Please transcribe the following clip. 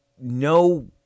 no